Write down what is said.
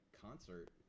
concert